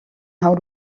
how